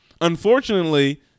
Unfortunately